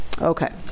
Okay